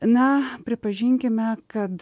na pripažinkime kad